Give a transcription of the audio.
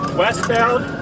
westbound